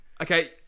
Okay